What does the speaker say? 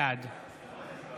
בעד